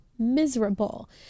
miserable